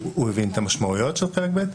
הוא הבין את המשמעויות של חלק ב'?